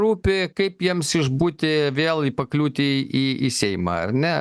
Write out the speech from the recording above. rūpi kaip jiems išbūti vėl į pakliūti į į seimą ar ne